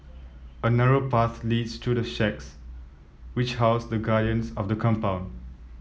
a narrow path leads to the shacks which house the guardians of the compound